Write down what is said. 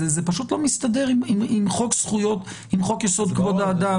פשוט לא מסתדר עם חוק יסוד: כבוד האדם,